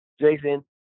Jason